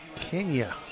Kenya